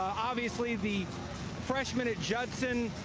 obviously the freshman at judson,